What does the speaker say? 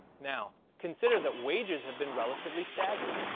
now, consider that wages have been relatively stagnant,